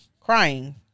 crying